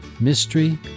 mystery